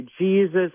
Jesus